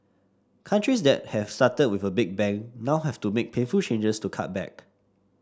countries that have started with a big bang now have to make painful changes to cut back